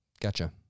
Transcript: gotcha